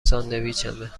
ساندویچمه